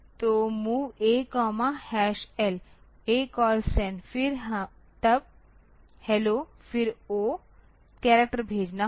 तो mov A L ACALL send फिर तब HELLO फिर O करैक्टर भेजना होगा